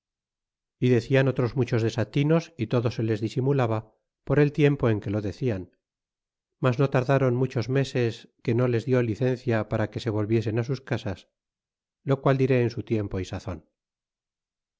y decian otros muchos desatinos y todo se les disimulaba por el tiempo en que lo decian mas no tardáron muchos meses que no les di licencia para que se volviesen sus casas lo qual diré en su tiempo y sazon